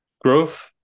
growth